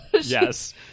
Yes